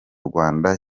rwanda